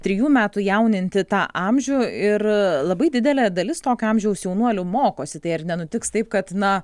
trijų metų jauninti tą amžių ir labai didelė dalis tokio amžiaus jaunuolių mokosi tai ar nenutiks taip kad na